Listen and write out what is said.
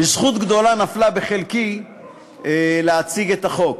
וזכות גדולה נפלה בחלקי להציג את החוק.